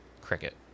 cricket